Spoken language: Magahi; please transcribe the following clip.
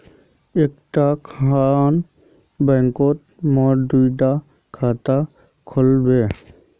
एक खान बैंकोत मोर दुई डा खाता खुल बे?